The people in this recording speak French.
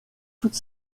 toutes